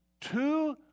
two